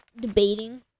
debating